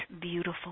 beautiful